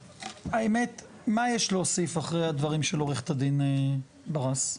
האמת מה יש להוסיף אחרי הדברים של עורכת הדין ליאור ברס?